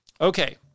Okay